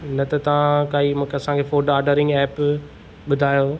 न त तव्हां काई मूंखे असांखे फूड ऑडरिंग ऐप ॿुधायो